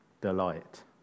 delight